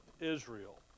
Israel